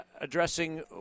addressing